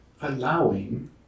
allowing